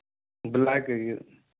black ਹੈ ਜੀ